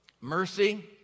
mercy